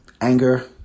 anger